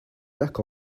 lack